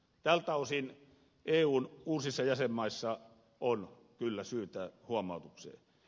tältä osin eun uusissa jäsenmaissa on kyllä syytä huomautukseen